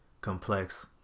complex